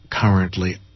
currently